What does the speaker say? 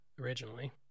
originally